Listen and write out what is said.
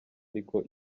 ariko